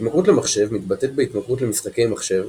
ההתמכרות למחשב מתבטאת בהתמכרות למשחקי מחשב,